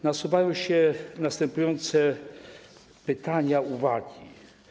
Nasuwają się następujące pytania, uwagi.